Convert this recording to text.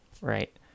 right